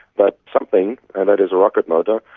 but something, and that is a rocket motor,